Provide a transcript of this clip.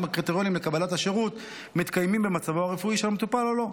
הקריטריונים לקבלת השירות מתקיימים במצבו הרפואי של המטופל" או לא.